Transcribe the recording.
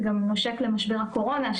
זה גם נושק למשבר הקורונה,